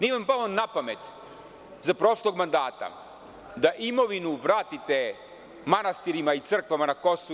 Nije vam palo na pamet za prošlog mandata da imovinu vratite manastirima i crkvama na KiM.